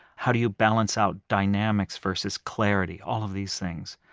how do you balance out dynamics versus clarity? all of these things.